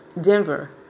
Denver